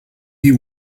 you